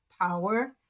power